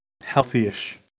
Healthy-ish